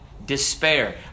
despair